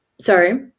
Sorry